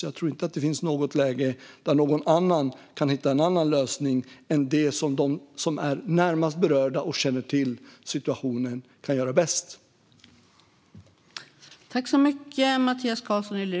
Jag tror inte att någon annan kan hitta en annan lösning än det som de som är närmast berörda och som bäst känner till situationen själva bäst kan göra.